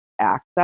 access